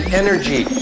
energy